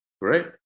Great